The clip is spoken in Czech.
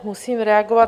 Musím reagovat.